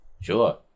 Sure